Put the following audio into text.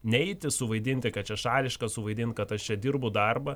neiti suvaidinti kad čia šališka suvaidint kad aš čia dirbu darbą